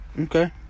Okay